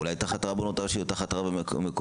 אולי תחת הרבנות הראשית או תחת רב מקומי.